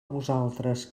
vosaltres